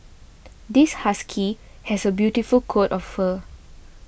this husky has a beautiful coat of fur